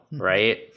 right